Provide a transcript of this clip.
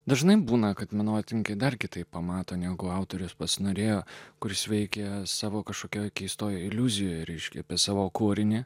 dažnai būna kad menotyrininkai dar kitaip pamato negu autorius pats norėjo kuris veikia savo kažkokioje keistoje iliuzijoje ryškiai apie savo kūrinį